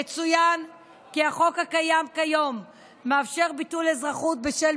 יצוין כי החוק הקיים כיום מאפשר ביטול אזרחות בשל